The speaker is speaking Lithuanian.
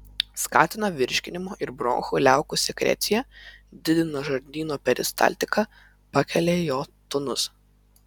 skatina virškinimo ir bronchų liaukų sekreciją didina žarnyno peristaltiką pakelia jo tonusą